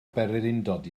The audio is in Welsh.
bererindod